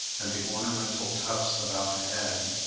and the ornamental tufts about the head,